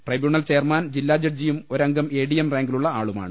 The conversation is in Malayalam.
ട്രൈബ്യൂണൽ ചെയർമാൻ ജില്ലാ ജഡ്ജിയും ഒരംഗം എഡിഎം റാങ്കിലുളള ആളുമാണ്